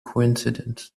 coincidence